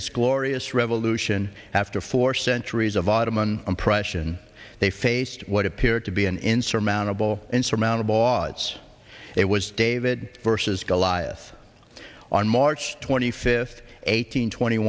this glorious revolution after four centuries of ottoman impression they faced what appeared to be an insurmountable insurmountable odds it was david versus goliath on march twenty fifth eighteen twenty